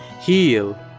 heal